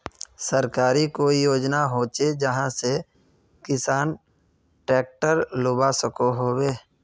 सरकारी कोई योजना होचे जहा से किसान ट्रैक्टर लुबा सकोहो होबे?